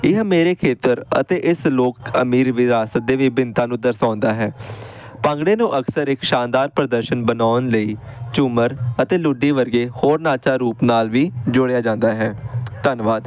ਇਹ ਮੇਰੇ ਖੇਤਰ ਅਤੇ ਇਸ ਲੋਕ ਅਮੀਰ ਵਿਰਾਸਤ ਦੇ ਵਿਭਿੰਨਤਾ ਨੂੰ ਦਰਸਾਉਂਦਾ ਹੈ ਭੰਗੜੇ ਨੂੰ ਅਕਸਰ ਇੱਕ ਸ਼ਾਨਦਾਰ ਪ੍ਰਦਰਸ਼ਨ ਬਣਾਉਣ ਲਈ ਝੂਮਰ ਅਤੇ ਲੁੱਡੀ ਵਰਗੇ ਹੋਰ ਨਾਚਾਂ ਰੂਪ ਨਾਲ਼ ਵੀ ਜੋੜਿਆ ਜਾਂਦਾ ਹੈ ਧੰਨਵਾਦ